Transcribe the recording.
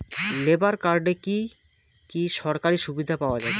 Labour কার্ডে কি কি সরকারি সুবিধা পাওয়া যাবে?